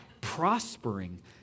prospering